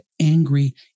angry